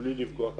בלי לפגוע חלילה.